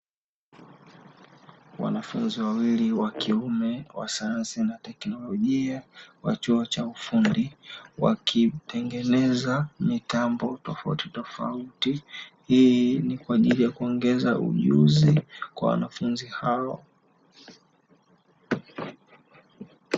Wanafunzi wawili wa kiume wa sayansi na teknolojia wa chuo cha ufundi; wakitengeneza mitambo tofautitofauti, hii ni kwa ajili ya kuongeza ujuzi kwa wanafunzi hao.